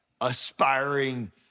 aspiring